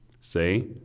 Say